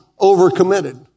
overcommitted